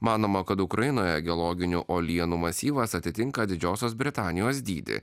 manoma kad ukrainoje geologinių uolienų masyvas atitinka didžiosios britanijos dydį